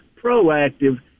proactive